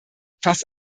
fast